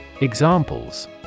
Examples